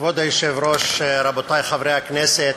כבוד היושב-ראש, רבותי חברי הכנסת,